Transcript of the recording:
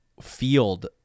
field